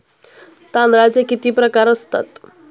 तांदळाचे किती प्रकार असतात?